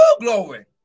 glory